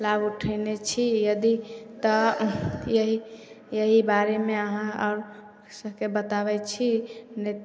लाभ उठेने छी यदि तऽ यही यही बारेमे अहाँ सबके बताबै छी नहि